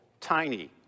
tiny